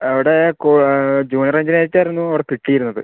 അവിടെ junior engineer ആയിട്ട് ആയിരുന്നു അവിടെ കിട്ടിയിരുന്നത്